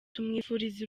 tumwifuriza